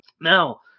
now